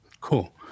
Cool